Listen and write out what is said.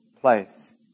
place